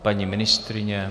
Paní ministryně?